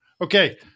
Okay